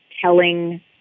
telling